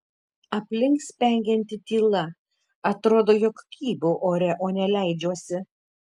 aplink spengianti tyla atrodo jog kybau ore o ne leidžiuosi